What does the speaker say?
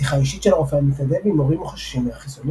שיחה אישית של הרופא המתנדב עם הורים החוששים מהחיסונים.